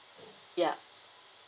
ya